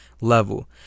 level